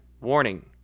warning